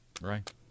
Right